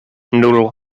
nul